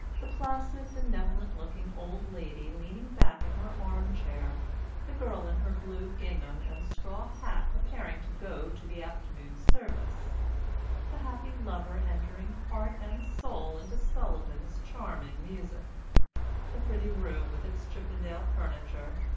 the placid benevolent-looking old lady leaning back in her arm-chair the girl in her blue gingham and straw hat preparing to go to the afternoon service the happy lover entering heart and soul into sullivan's charming music the pretty room with its chippendale furniture,